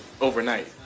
overnight